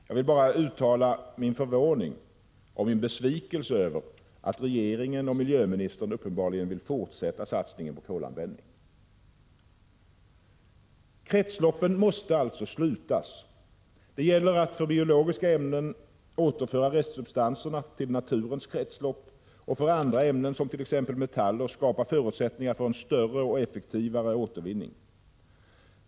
Jag vill bara uttala min förvåning och besvikelse över att regeringen och miljöministern uppenbarligen vill fortsätta satsningen på kolanvändning. Kretsloppen måste alltså slutas. Det gäller att för biologiska ämnen återföra restsubstanserna till naturens kretslopp och att för andra ämnen, t.ex. metaller, skapa förutsättningar för en större och effektivare återvinning.